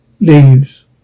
Leaves